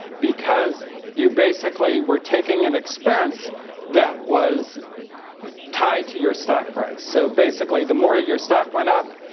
because you basically were taking an expense that was tied to your stock price. so basically, the more your stock went up,